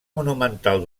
monumental